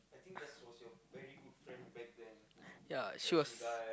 ya she was